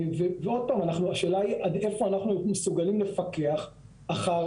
השאלה היא עד איפה אנחנו מסוגלים לפקח אחר